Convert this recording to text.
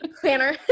planner